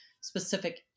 specific